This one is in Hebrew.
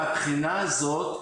מהבחינה הזאת,